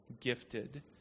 gifted